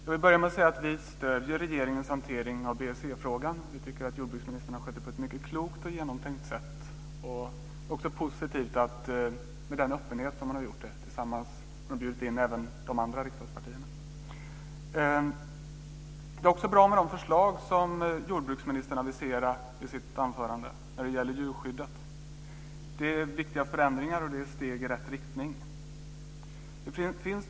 Fru talman! Vi stöder regeringens hantering av BSE-frågan. Vi tycker att jordbruksministern har skött det på ett mycket klokt och genomtänkt sätt. Det är också positivt att hon har gjort det med en sådan öppenhet. Hon har bjudit in även de andra riksdagspartierna. Det är också bra med de förslag som jordbruksministern aviserar i sitt anförande när det gäller djurskyddet. Det är viktiga förändringar, och det är steg i rätt riktning.